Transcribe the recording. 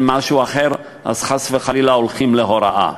אז חס וחלילה הולכים להוראה.